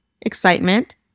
excitement